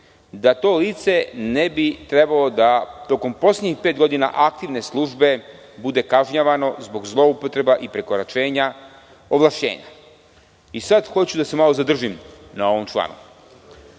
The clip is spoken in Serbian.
da to lice ne bi trebalo da, tokom poslednjih pet godina aktivne službe, bude kažnjavano zbog zloupotreba i prekoračenja ovlašćenja. Sad hoću da se malo zadržim na ovom članu.